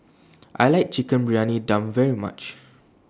I like Chicken Briyani Dum very much